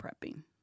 prepping